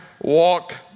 walk